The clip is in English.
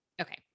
Okay